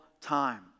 time